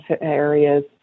areas